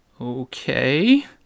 Okay